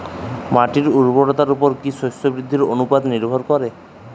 মাটির উর্বরতার উপর কী শস্য বৃদ্ধির অনুপাত নির্ভর করে?